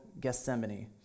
Gethsemane